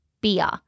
beer